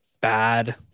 bad